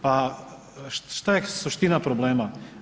Pa šta je suština problema?